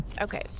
Okay